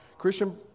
Christian